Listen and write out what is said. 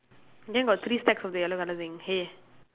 then got three stacks of yellow colour thing hay